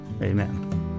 amen